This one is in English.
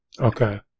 Okay